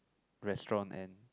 restaurant and